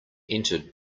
entered